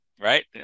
Right